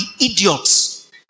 idiots